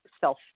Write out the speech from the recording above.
self